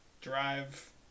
drive